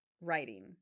writing